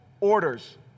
orders